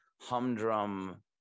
humdrum